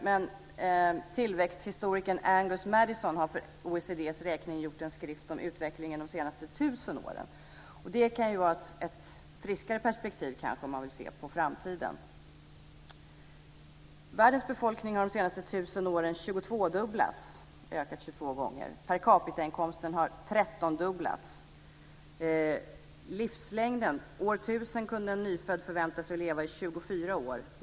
Men tillväxthistorikern Angus Madison har för OECD:s räkning gjort en skrift om utvecklingen de senaste 1 000 åren. Det kan vara ett friskare perspektiv om man vill se på framtiden. Världens befolkning har de senaste 1 000 åren 22 dubblats, dvs. ökat 22 gånger. Per capita-inkomsten har 13-dubblats. År 1000 kunde en nyfödd förvänta sig att leva i 24 år.